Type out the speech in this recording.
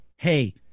Hey